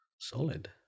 Solid